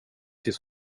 tills